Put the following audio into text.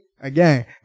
again